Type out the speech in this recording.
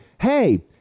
Hey